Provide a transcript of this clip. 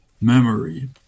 Memory